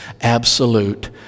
absolute